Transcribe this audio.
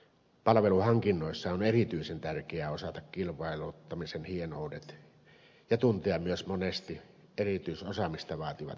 palveluhankinnoissa on erityisen tärkeää osata kilpailuttamisen hienoudet ja tuntea myös monesti erityisosaamista vaativat substanssiasiat